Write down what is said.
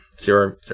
zero